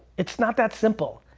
it's not that simple.